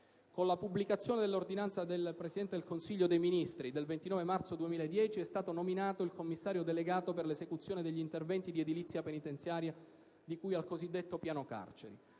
Con la pubblicazione dell'ordinanza del Presidente del Consiglio dei ministri del 29 marzo 2010 è stato nominato il commissario delegato per l'esecuzione degli interventi di edilizia penitenziaria di cui al cosiddetto piano carceri.